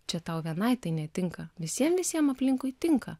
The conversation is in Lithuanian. čia tau vienai tai netinka visiem visiem aplinkui tinka